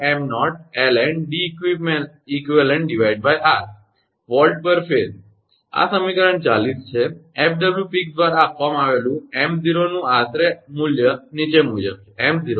FW Peek F W peak દ્વારા આપવામાં આવેલ 𝑚0 નું આશરે મૂલ્ય નીચે મુજબ છે 𝑚0 1